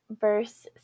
verse